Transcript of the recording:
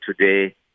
today